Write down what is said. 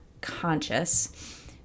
conscious